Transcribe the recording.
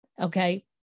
Okay